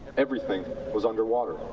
everything was underwater.